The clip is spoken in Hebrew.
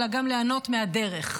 אלא גם ליהנות מהדרך.